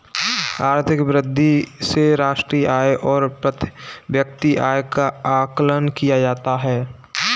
आर्थिक वृद्धि से राष्ट्रीय आय और प्रति व्यक्ति आय का आकलन किया जाता है